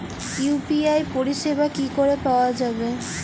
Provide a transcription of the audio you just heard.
UPI পরিষেবা কি করে পাওয়া যাবে?